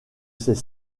ces